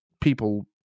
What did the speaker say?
people